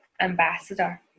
ambassador